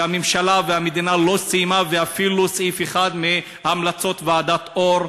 והממשלה והמדינה לא סיימו אפילו סעיף אחד מהמלצות ועדת אור.